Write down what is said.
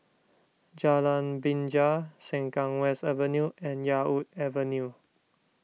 Jalan Binjai Sengkang West Avenue and Yarwood Avenue